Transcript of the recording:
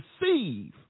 receive